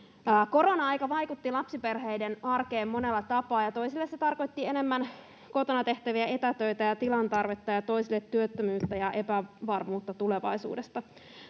Korona-aika vaikutti lapsiperheiden arkeen monella tapaa, ja toisille se tarkoitti enemmän kotona tehtäviä etätöitä ja tilantarvetta ja toisille työttömyyttä ja epävarmuutta tulevaisuudesta.